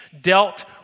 dealt